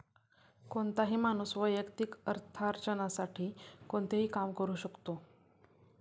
कोणताही माणूस वैयक्तिक अर्थार्जनासाठी कोणतेही काम करू शकतो